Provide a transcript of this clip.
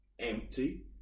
empty